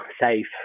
safe